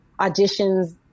auditions